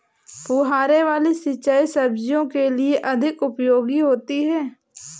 फुहारे वाली सिंचाई सब्जियों के लिए अधिक उपयोगी होती है?